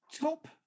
Top